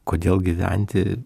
kodėl gyventi